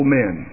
men